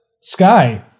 Sky